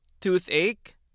toothache